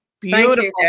Beautiful